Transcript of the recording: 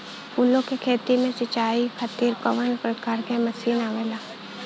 फूलो के खेती में सीचाई खातीर कवन प्रकार के मशीन आवेला?